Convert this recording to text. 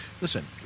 listen